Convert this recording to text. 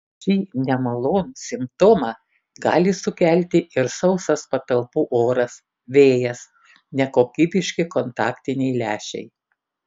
šį nemalonų simptomą gali sukelti ir sausas patalpų oras vėjas nekokybiški kontaktiniai lęšiai